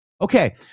Okay